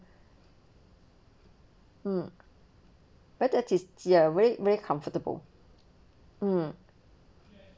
mm where that is very very comfortable mm